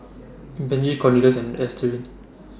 Benji Cornelious and Ernestine